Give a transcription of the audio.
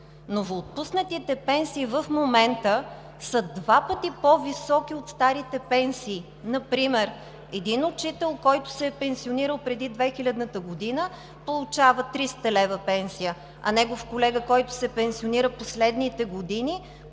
Новоотпуснатите пенсии в момента са два пъти по-високи от старите пенсии. Например учител, който се е пенсионира преди 2000 г., получава 300 лв. пенсия, а негов колега, който се е пенсионирал в последните години,